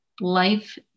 life